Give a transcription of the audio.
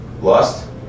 lust